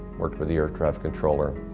worked with the aircraft controller,